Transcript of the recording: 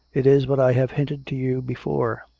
it is what i have hinted to you before.